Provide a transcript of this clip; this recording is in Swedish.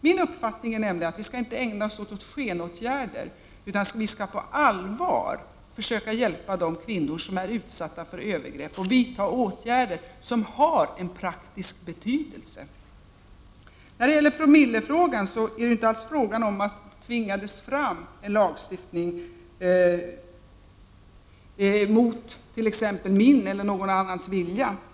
Min uppfattning är nämligen att vi inte skall ägna oss åt skenåtgärder, utan att vi på allvar skall försöka hjälpa de kvinnor som är utsatta för övergrepp och vidta åtgärder som har en praktisk betydelse. Beträffande promillefrågan handlar det inte om att en lagstiftning tvingades fram mot t.ex. min eller någon annans vilja.